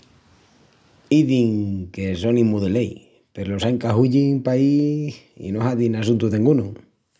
Izin que sonin mu de lei peru los ain qu’ahuyin paí i no hazin assuntu dengunu.